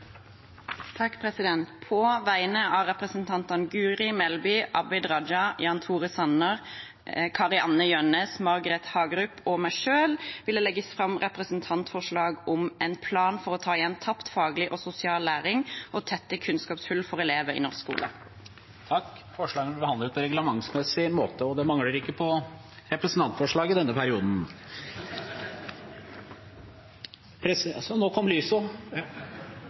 På vegne av representantene Guri Melby, Abid Raja, Jan Tore Sanner, Kari-Anne Jønnes, Margret Hagerup og meg selv vil jeg framsette et representantforslag om en plan for å ta igjen tapt faglig og sosial læring og tette kunnskapshull for elever i norsk skole. Forslagene vil bli behandlet på reglementsmessig måte. Det mangler ikke på representantforslag i denne perioden.